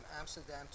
Amsterdam